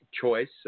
choice